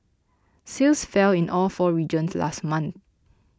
sales fell in all four regions last month